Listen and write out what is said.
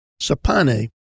Sapane